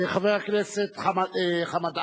חבר הכנסת חמד עמאר,